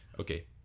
Okay